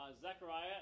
Zechariah